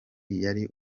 yari